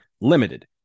limited